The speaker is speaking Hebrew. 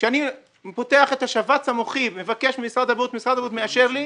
כשאני פותח את השבץ המוחי ומבקש ממשרד הבריאות ומשרד הבריאות מאשר לי,